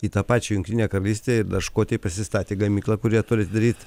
į tą pačią jungtinę karalystę ir dar škotai pasistatė gamyklą kurią turi atidaryt